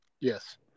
Yes